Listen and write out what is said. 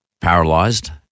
paralyzed